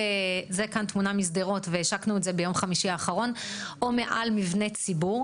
או מעל מבנה ציבור.